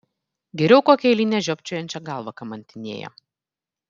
geriau kokią eilinę žiopčiojančią galvą kamantinėja